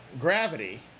gravity